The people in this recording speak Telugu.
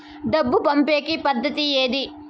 డబ్బు పంపేకి పద్దతి ఏది